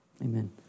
Amen